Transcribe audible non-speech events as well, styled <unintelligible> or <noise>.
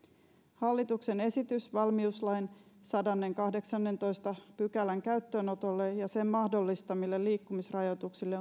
hallituksen esitys valmiuslain sadannenkahdeksannentoista pykälän käyttöönotosta ja sen mahdollistamista liikkumisrajoituksista <unintelligible>